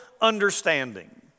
understanding